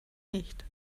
nicht